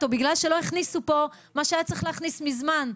או בגלל שלא הכניסו פה את מה שהיה צריך להכניס מזמן.